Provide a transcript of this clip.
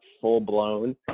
full-blown